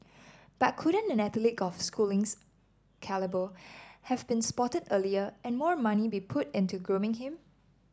but couldn't an athlete of Schooling's calibre have been spotted earlier and more money be put into grooming him